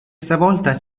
stavolta